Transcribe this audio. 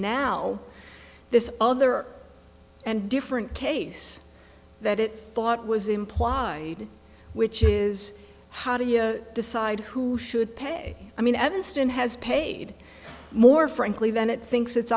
now this other and different case that it thought was implied which is how do you decide who should pay i mean evanston has paid more frankly than it thinks it's